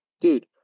dude